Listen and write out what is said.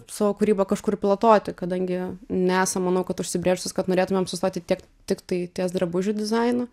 savo kūrybą kažkur platoti kadangi nesam manau kad užsibrėžusios kad norėtumėm sustoti tiek tiktai ties drabužių dizainu